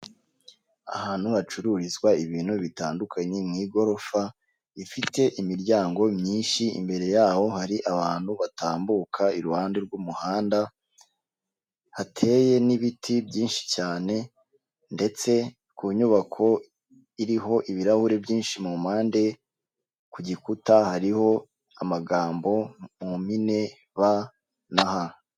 Ahantu hacururizwa ibintu bitandukanye mu igorofa ifite imiryango myinshi, imbere yaho hari abantu batambuka iruhande rw'umuhanda, hateye n'ibiti byinshi cyane ndetse ku nyubako iriho ibirahuri byinshi mu mpande, ku gikuta hariho amagambo mu mpine ba na ha.